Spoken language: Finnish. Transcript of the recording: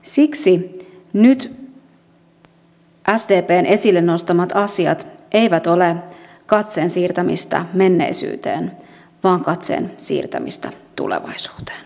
siksi nyt sdpn esille nostamat asiat eivät ole katseen siirtämistä menneisyyteen vaan katseen siirtämistä tulevaisuuteen